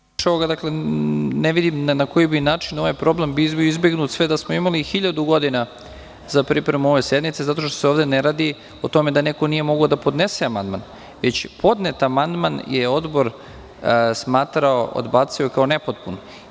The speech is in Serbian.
Što se tiče ovoga, ne vidim na koji bi način ovaj problem bio izbegnut, sve da smo imali i hiljadu godina za pripremu ove sednice, zato što se ovde ne radi o tome da neko nije mogao da podnese amandman, već podnet amandman je Odbor odbacio kao nepotpun.